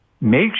make